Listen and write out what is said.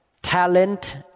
talent